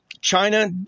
China